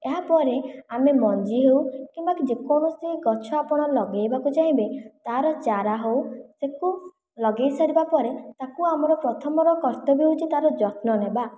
ଏହାପରେ ଆମେ ମଞ୍ଜି ହେଉ କିମ୍ବା ଯେକୌଣସି ଗଛ ଆପଣ ଲଗାଇବାକୁ ଚାହିଁବେ ତା'ର ଚାରା ହେଉ ଲଗାଇସାରିବା ପରେ ତାକୁ ଆମର ପ୍ରଥମର କର୍ତ୍ତବ୍ୟ ହେଉଛି ତାର ଯତ୍ନ ନେବା